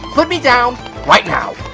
put me down right now!